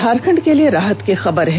झारखंड के लिए राहत की खबर है